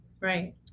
Right